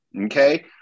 Okay